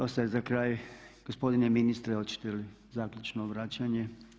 Ostaje za kraj gospodine ministre oćete li zaključno obraćanje?